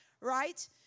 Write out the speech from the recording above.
Right